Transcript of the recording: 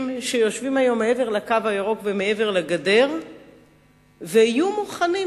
שיושבים היום מעבר ל"קו הירוק" ומעבר לגדר ויהיו מוכנים,